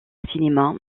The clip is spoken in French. cinéma